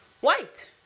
White